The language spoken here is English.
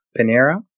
Panera